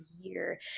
year